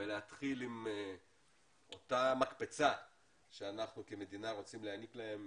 ולהתחיל עם אותה מקפצה שאנחנו כמדינה רוצים להעניק להם,